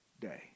day